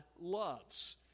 loves